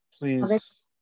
please